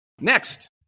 Next